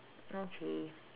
okay